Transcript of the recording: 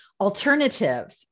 alternative